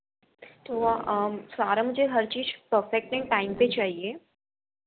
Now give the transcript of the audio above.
तो वहाँ आम सारा मुझे हर चीज़ परफेक्टली टाइम पर चाहिए